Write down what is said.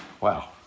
Wow